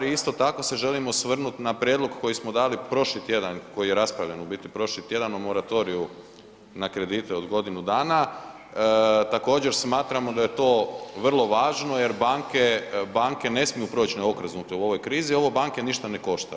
I isto tako se želim osvrnut na prijedlog koji smo dali prošli tjedan, koji je raspravljen u biti prošli tjedan o moratoriju na kredite od godinu dana, također smatramo da je to vrlo važno jer banke, banke ne smiju proć neokrznuto u ovoj krizi, ovo banke ništa ne košta.